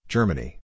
Germany